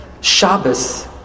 Shabbos